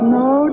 no